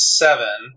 seven